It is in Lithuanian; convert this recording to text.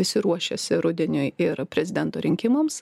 visi ruošiasi rudeniui ir prezidento rinkimams